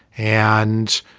and.